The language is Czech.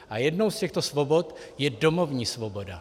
A jednou z těchto svobod je domovní svoboda.